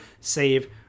save